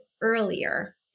earlier